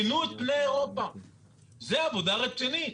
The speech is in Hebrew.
ההפרה היא הפרה של ההתראה שהרגולטור נתן או צו לתיקון ליקויים.